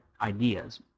ideas